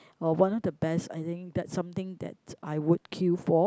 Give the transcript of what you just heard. while one of the best I think that's something that I would queue for